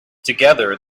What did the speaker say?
together